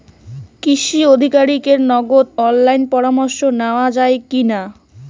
কৃষি আধিকারিকের নগদ অনলাইন পরামর্শ নেওয়া যায় কি না?